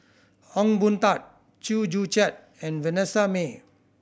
Ong Boon Tat Chew Joo Chiat and Vanessa Mae